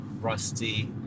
rusty